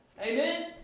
Amen